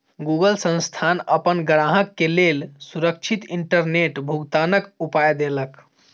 Google संस्थान अपन ग्राहक के लेल सुरक्षित इंटरनेट भुगतनाक उपाय देलक